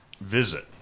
visit